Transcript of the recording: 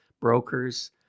brokers